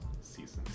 seasons